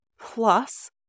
plus